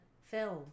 film